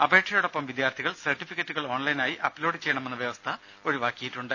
അപേക്ഷയോടൊപ്പം വിദ്യാർഥികൾ സർട്ടിഫിക്കറ്റുകൾ ഓൺലൈനായി അപ് ലോഡ് ചെയ്യണമെന്ന വ്യവസ്ഥ ഒഴിവാക്കിയിട്ടുണ്ട്